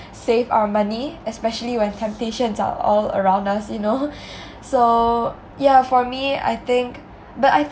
save our money especially when temptations are all around us you know so ya for me I think but I think